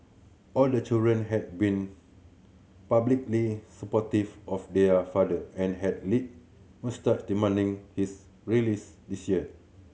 all the children had been publicly supportive of their father and had led most demanding his release this year